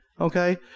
Okay